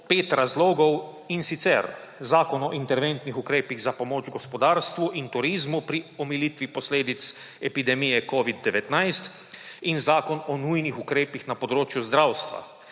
pet razlogov, in sicer Zakon o interventnih ukrepih za pomoč gospodarstvu in turizmu pri omilitvi posledic epidemije covida-19 in Zakon o nujnih ukrepih na področju zdravstva.